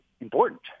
important